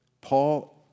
Paul